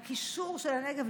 הקישור של הנגב.